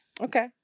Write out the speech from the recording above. Okay